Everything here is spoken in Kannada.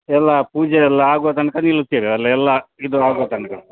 ಎಲ್ಲ ಪೂಜೆಯೆಲ್ಲ ಆಗುವ ತನಕ ನಿಲ್ತೀರಲ್ಲ ಎಲ್ಲ ಇದು ಆಗುವ ತನಕ